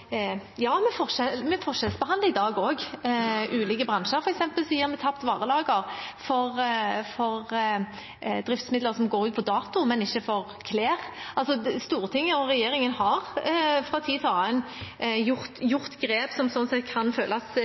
ja, vi forskjellsbehandler også i dag ulike bransjer, f.eks. gir vi tapt varelager for driftsmidler som går ut på dato, men ikke for klær. Stortinget og regjeringen har fra tid til annen gjort grep som sånn sett kan føles